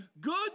good